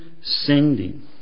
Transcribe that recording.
sending